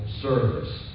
service